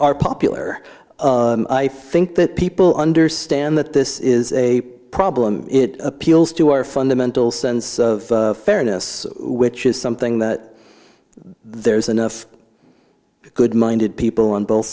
are popular i think that people understand that this is a problem it appeals to our fundamental sense of fairness which is something that there's enough good minded people on both